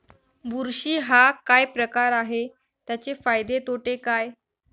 बुरशी हा काय प्रकार आहे, त्याचे फायदे तोटे काय?